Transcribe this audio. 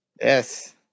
Yes